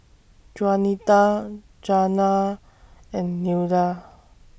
Juanita Janiah and Nilda